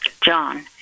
John